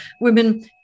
women